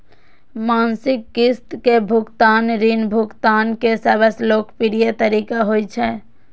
मासिक किस्त के भुगतान ऋण भुगतान के सबसं लोकप्रिय तरीका होइ छै